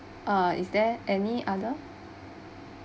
uh is there any other